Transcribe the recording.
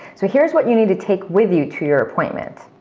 so here's what you need to take with you to your appointment.